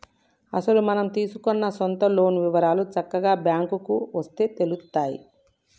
అసలు మనం తీసుకున్న సొంత లోన్ వివరాలు చక్కగా బ్యాంకుకు వస్తే తెలుత్తాయి